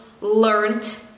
learned